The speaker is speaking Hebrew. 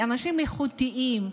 אנשים איכותיים,